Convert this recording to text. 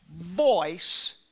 voice